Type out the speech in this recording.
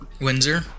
Windsor